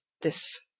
this